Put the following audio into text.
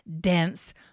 dense